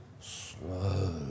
slow